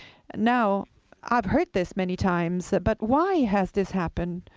you know i've heard this many times, but why has this happened?